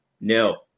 no